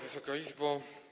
Wysoka Izbo!